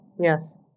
Yes